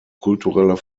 kultureller